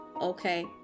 okay